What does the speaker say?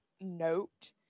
note